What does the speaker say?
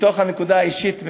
מתוך הנקודה האישית.